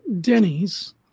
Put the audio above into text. Denny's